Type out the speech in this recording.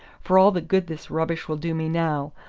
for all the good this rubbish will do me now!